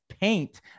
paint